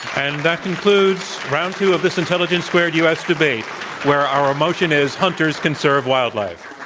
and that concludes round two of this intelligence squared u. s. debate where our motion is, hunters conserve wildlife.